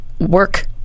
work